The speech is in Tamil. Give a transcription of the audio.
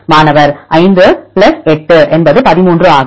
மாணவர் 5 8 என்பது 13 ஆகும்